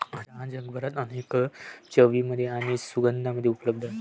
चहा जगभरात अनेक चवींमध्ये आणि सुगंधांमध्ये उपलब्ध आहे